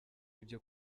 ibyo